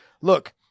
Look